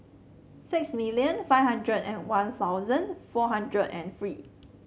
six million five hundred and One Thousand four hundred and three